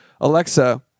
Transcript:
Alexa